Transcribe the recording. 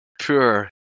poor